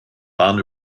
waren